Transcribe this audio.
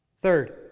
Third